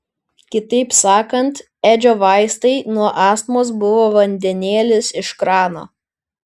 kitaip sakant edžio vaistai nuo astmos buvo vandenėlis iš krano